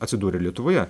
atsidūrė lietuvoje